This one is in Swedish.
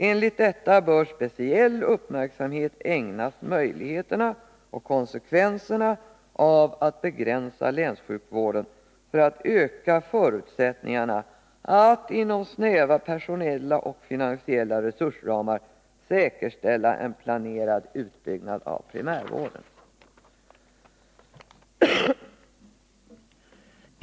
Enligt detta bör speciell uppmärksamhet ägnas möjligheterna och konsekvenserna av att begränsa länssjukvården för att öka förutsättningarna att inom snäva personella och finansiella resursramar säkerställa en planerad utbyggnad av primärvården.